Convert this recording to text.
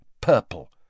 purple